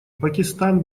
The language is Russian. пакистан